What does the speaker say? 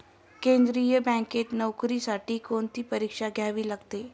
केंद्रीय बँकेत नोकरीसाठी कोणती परीक्षा द्यावी लागते?